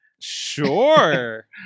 Sure